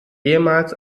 ehemals